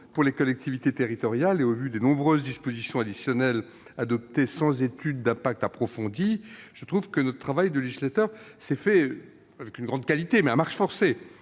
pour les collectivités territoriales et au vu des nombreuses dispositions additionnelles adoptées sans étude d'impact approfondie, je trouve que notre travail de législateur s'est fait avec une grande qualité, mais à marche forcée.